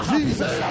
Jesus